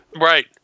Right